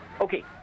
Okay